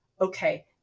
okay